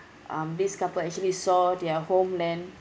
um this couple actually saw their homeland